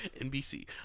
NBC